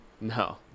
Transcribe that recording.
No